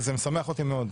זה משמח אותי מאוד.